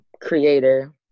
creator